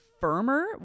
firmer